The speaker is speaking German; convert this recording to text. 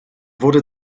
wurde